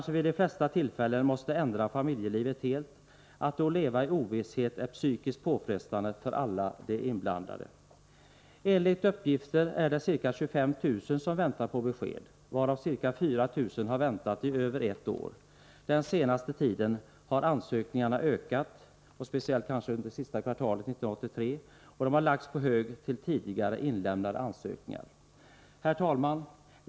Vid de flesta tillfällen kanske familjelivet måste ändras helt. Att då leva i ovisshet är psykiskt påfrestande för alla inblandade. Enligt uppgifter är det ca 25 000 som väntar på besked, varav ca 4 000 har väntat i över ett år. Den senaste tiden — kanske speciellt under det sista kvartalet 1983 — har antalet ansökningar ökat, och de nya har lagts på hög ovanpå tidigare inlämnade ansökningar. Herr talman!